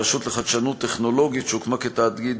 הרשות לחדשנות טכנולוגית שהוקמה כתאגיד